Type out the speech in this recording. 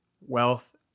wealth